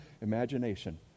imagination